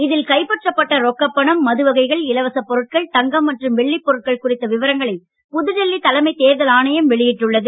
இதில் கைப்பற்றப்பட்ட ரொக்கப்பணம் மது வகைகள் இலவசப் பொருட்கள் தங்கம் மற்றும் வெள்ளிப்பொருட்கள் குறித்த விவரங்களை புதுடெல்லி தலைமை தேர்தல் ஆணையம் வெளியிட்டுள்ளது